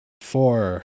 four